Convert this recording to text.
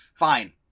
fine